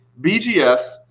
BGS